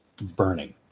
burning